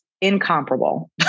incomparable